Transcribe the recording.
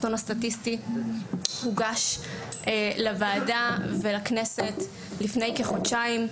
הוגש לוועדה ולכנסת לפני כחודשיים.